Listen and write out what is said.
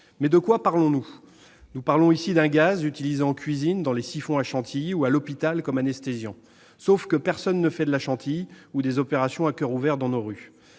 débat et sens. Nous parlons ici d'un gaz utilisé en cuisine dans les siphons à chantilly ou à l'hôpital comme anesthésiant, sauf que personne ne fait de la chantilly ou des opérations à coeur ouvert dans nos rues